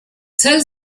tell